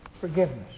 forgiveness